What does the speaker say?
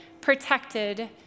protected